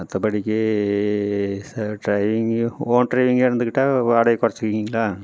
மற்றபடிக்கி driving own ட்ரைவிங்காக இருந்துக்கிட்டா வாடகையை குறச்சிக்கிறிங்களா